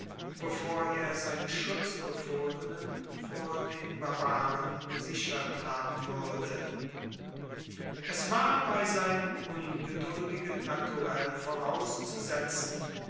bevor er seine schutzbefohlenen vor den barbaren gesichert haben wuerde es war bei seinem ungeduldigen naturell vorauszusetzen